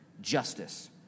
justice